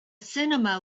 cinema